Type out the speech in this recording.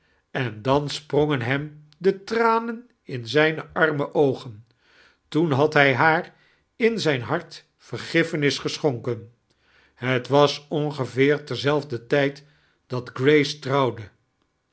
en dan spnongen heim de ttranen in zijne arme oogen toen had hij haar in zijn hart vergiffeni ges'chonkem het was ongeiveer terzelfder tijd dat grace trouwde